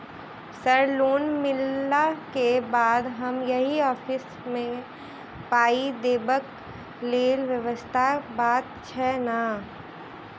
Sir loan मिलला केँ बाद हम यदि ऑफक केँ मे पाई देबाक लैल व्यवस्था बात छैय नै?